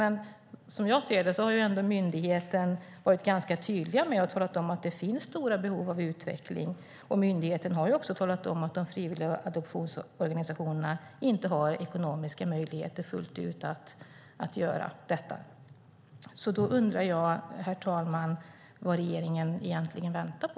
Men som jag ser det har myndigheten ändå varit ganska tydlig och talat om att det finns stora behov av utveckling. Myndigheten har också talat om att de frivilliga adoptionsorganisationerna inte har ekonomiska möjligheter att göra detta fullt ut. Jag undrar, herr talman, vad regeringen egentligen väntar på.